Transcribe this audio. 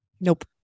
Nope